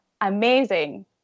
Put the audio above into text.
amazing